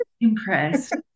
impressed